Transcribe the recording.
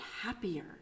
happier